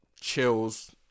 chills